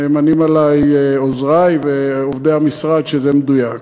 נאמנים עלי עוזרי ועובדי המשרד שזה מדויק.